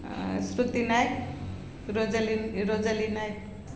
Shruti Nayak Rosalin Rosali Nayak